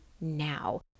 now